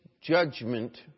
judgment